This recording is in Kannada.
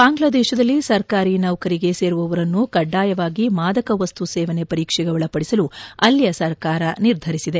ಬಾಂಗ್ಲಾದೇಶದಲ್ಲಿ ಸರ್ಕಾರಿ ನೌಕರಿಗೆ ಸೇರುವವರನ್ನು ಕಡ್ಡಾಯವಾಗಿ ಮಾದಕವಸ್ತು ಸೇವನೆ ಪರೀಕ್ಷೆಗೆ ಒಳಪಡಿಸಲು ಅಲ್ಲಿಯ ಸರ್ಕಾರ ನಿರ್ಧರಿಸಿದೆ